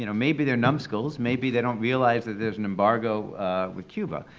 you know maybe they're numbskulls, maybe they don't realize that there's an embargo with cuba,